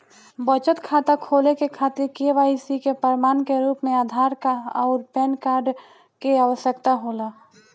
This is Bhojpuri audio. बचत खाता खोले के खातिर केवाइसी के प्रमाण के रूप में आधार आउर पैन कार्ड के आवश्यकता होला